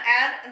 add